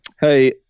Hey